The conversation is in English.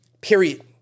Period